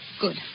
Good